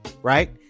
Right